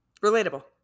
relatable